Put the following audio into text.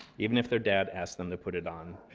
even if their dad asked them to put it on.